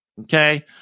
okay